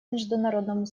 международному